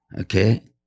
okay